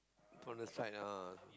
on the site ah